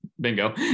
bingo